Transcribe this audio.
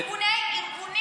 ארגונים,